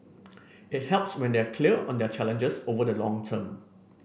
it helps when they are clear on their challenges over the long term